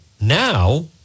now